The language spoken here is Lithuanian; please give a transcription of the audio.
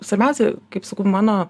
svarbiausia kaip sakau mano